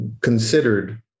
considered